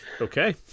Okay